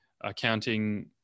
accounting